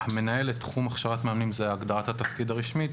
שהמנהל את תחום הכשרת מאמנים זוהי הגדרת התפקיד הרשמית,